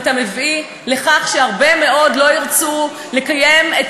ואתה מביא לכך שהרבה מאוד לא ירצו לקיים את